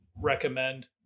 recommend